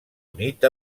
unit